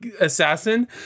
assassin